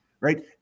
right